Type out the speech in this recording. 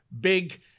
big